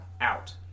out